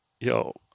Yo